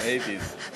ראיתי את זה.